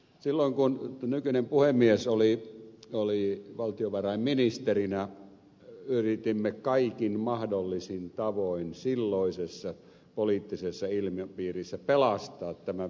silloin kun nykyinen puhemies oli valtiovarainministerinä yritimme kaikin mahdollisin tavoin silloisessa poliittisessa ilmapiirissä pelastaa tämän virke projektin